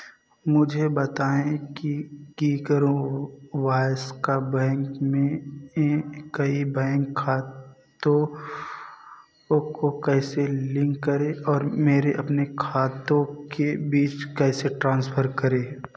मुझे बताएँ कि किकरू वायस का बैंक में एक कई बैंक खातों को को कैसे लिंक करें और मेरे अपने खातों के बीच कैसे ट्रांसफर करें